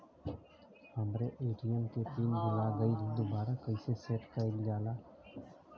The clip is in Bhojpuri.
हमरे ए.टी.एम क पिन भूला गईलह दुबारा कईसे सेट कइलजाला?